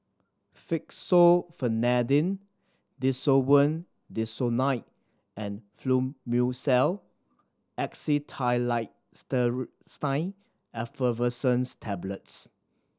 Fexofenadine Desowen Desonide and Fluimucil Effervescent's Tablets